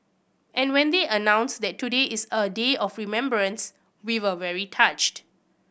and when they announced that today is a day of remembrance we were very touched